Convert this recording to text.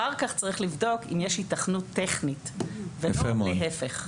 אחר כך צריך לבדוק אם יש היתכנות טכנית ולא להיפך.